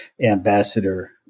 Ambassador